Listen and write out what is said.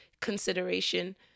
consideration